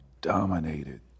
dominated